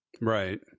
Right